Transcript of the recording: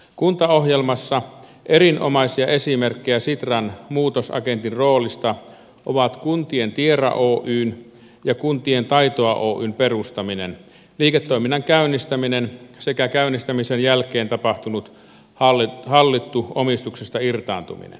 kuntaohjelmassa erinomaisia esimerkkejä sitran muutosagentin roolista ovat kuntien tiera oyn ja kunnan taitoa oyn perustaminen liiketoiminnan käynnistäminen sekä käynnistämisen jälkeen tapahtunut hallittu omistuksesta irtaantuminen